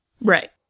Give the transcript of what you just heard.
Right